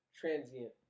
transient